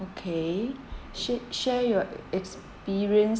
okay she~ share your experience